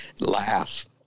laugh